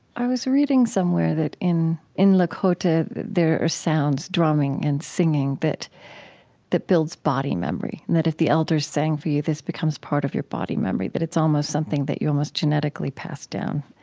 i was reading somewhere that in in lakota there are sounds, drumming and singing, that that builds body memory and that if the elders sang for you, this becomes part of your body memory, that it's almost something that you almost genetically pass down.